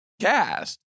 cast